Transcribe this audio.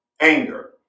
anger